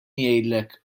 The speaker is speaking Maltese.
jgħidlek